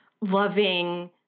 loving